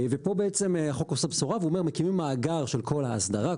ופה בעצם החוק עושה בשורה והוא אומר מקימים מאגר של כל האסדרה,